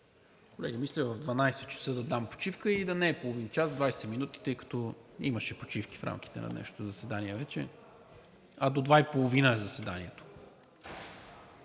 Колеги, мисля в 12,00 ч. да дам почивка и да не е половин час, а 20 минути, тъй като имаше почивки в рамките на днешното заседание вече. Заседанието